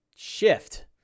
shift